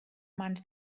mans